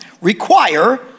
require